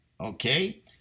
okay